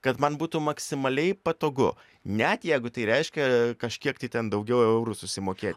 kad man būtų maksimaliai patogu net jeigu tai reiškia kažkiek tai ten daugiau eurų susimokė